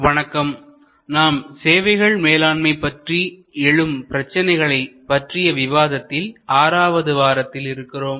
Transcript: வணக்கம் நாம் சேவைகள் மேலாண்மை பற்றி எழும் பிரச்சனைகளை பற்றிய விவாதத்தில் ஆறாவது வாரத்தில் இருக்கிறோம்